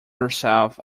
herself